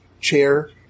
chair